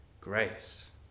grace